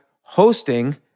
hosting